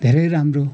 धेरै राम्रो